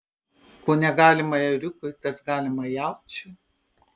ko negalima ėriukui tas galima jaučiui